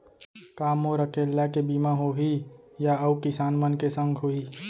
का मोर अकेल्ला के बीमा होही या अऊ किसान मन के संग होही?